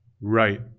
right